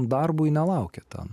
darbui nelaukia ten